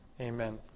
Amen